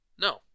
No